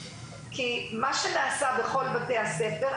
כי מה שנעשה בכל בתי הספר,